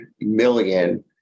million